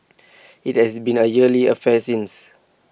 IT has been A yearly affair since